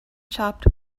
chopped